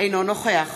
אינו נוכח